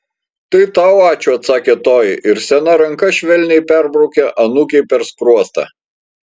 tai tau ačiū atsakė toji ir sena ranka švelniai perbraukė anūkei per skruostą